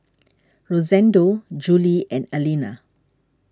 Rosendo Jule and Allena